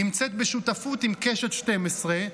נמצאת בשותפות עם קשת 12,